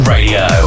Radio